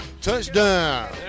Touchdown